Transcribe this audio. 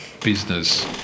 business